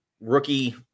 rookie